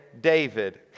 David